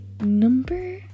number